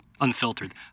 Unfiltered